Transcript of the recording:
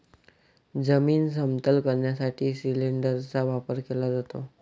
जमीन समतल करण्यासाठी सिलिंडरचा वापर केला जातो